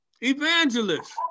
Evangelist